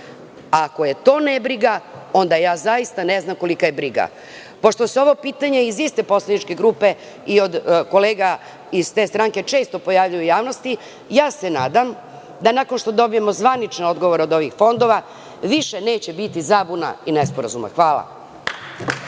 Ako je to nebriga, onda ja zaista ne znam kolika je briga? Pošto se ovo pitanje iz iste poslaničke grupe i od kolega iz te stranke često pojavljuje u javnosti, nadam se da nakon što dobijemo zvanične odgovore od ovih fondova više neće biti zabuna i nesporazuma. Hvala.